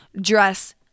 dress